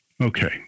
Okay